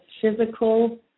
physical